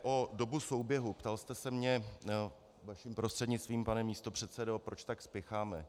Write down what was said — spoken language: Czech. Pokud jde o dobu souběhu, ptal jste se mě vaším prostřednictvím, pane místopředsedo proč tak spěcháme.